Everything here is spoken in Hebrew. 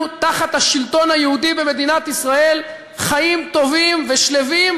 תחת השלטון היהודי במדינת ישראל חיים טובים ושלווים